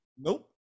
Nope